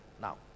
now